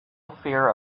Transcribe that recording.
fear